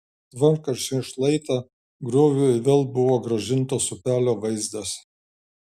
tvarkant šį šlaitą grioviui vėl buvo grąžintas upelio vaizdas